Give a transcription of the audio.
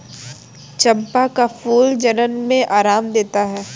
चंपा का फूल जलन में आराम देता है